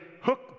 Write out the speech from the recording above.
hook